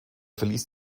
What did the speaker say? verließ